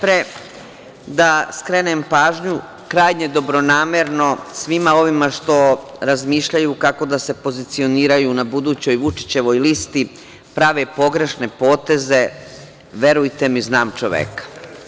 Najpre, da skrenem pažnju, krajnje dobronamerno svima ovima što razmišljaju kako da se pozicioniraju na budućoj Vučićevoj listi, prave pogrešne poteze, verujte mi, znam čoveka.